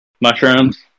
mushrooms